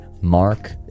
mark